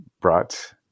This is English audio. brought